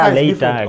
later